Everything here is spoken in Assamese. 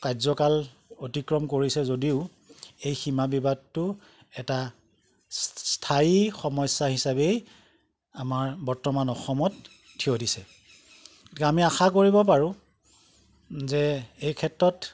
কাৰ্যকাল অতিক্ৰম কৰিছে যদিও এই সীমাবিবাদটো এটা স্থায়ী সমস্যা হিচাপেই আমাৰ বৰ্তমান অসমত থিয় দিছে আমি আশা কৰিব পাৰো যে এই ক্ষেত্ৰত